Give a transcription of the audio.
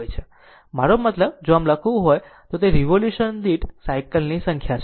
મારો મતલબ જો આ લખવું હોય તો તે રીવોલ્યુશન દીઠ સાયકલ ની સંખ્યા છે